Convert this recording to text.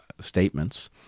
statements